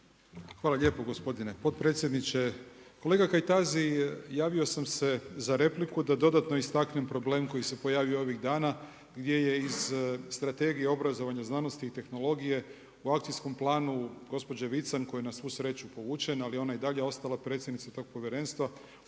Hvala lijepo gospodine potpredsjedniče. Kolega Kajtazi, javio sam se za repliku, da dodatno istaknem problem koji se pojavio ovih dana, gdje je iz Strategije obrazovanja znanosti i tehnologije u akcijskom planu gospođe Vican koja nas na svu sreću povućena, ali ona je i dalje ostala predsjednica tog povjerenstva,